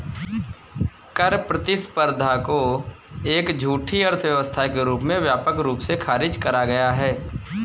कर प्रतिस्पर्धा को एक झूठी अर्थव्यवस्था के रूप में व्यापक रूप से खारिज करा गया है